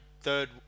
third